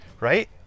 Right